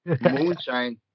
Moonshine